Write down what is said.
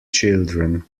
children